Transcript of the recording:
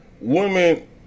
Women